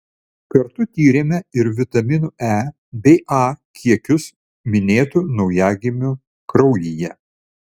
kartu tyrėme ir vitaminų e bei a kiekius minėtų naujagimių kraujyje